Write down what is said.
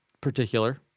particular